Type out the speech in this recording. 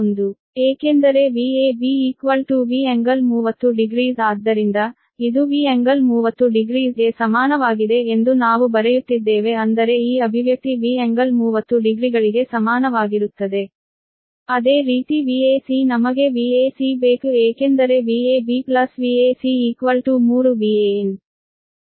ಏಕೆಂದರೆ Vab V∟300 ಆದ್ದರಿಂದ ಇದು V∟300ಗೆ ಸಮಾನವಾಗಿದೆ ಎಂದು ನಾವು ಬರೆಯುತ್ತಿದ್ದೇವೆ ಅಂದರೆ ಈ ಅಭಿವ್ಯಕ್ತಿ V∟300ಡಿಗ್ರಿಗಳಿಗೆ ಸಮಾನವಾಗಿರುತ್ತದೆ ಅದೇ ರೀತಿ Vac ನಮಗೆ Vac ಬೇಕು ಏಕೆಂದರೆ Vab Vac 3 Van